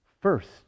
First